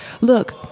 look